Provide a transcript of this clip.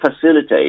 facilitate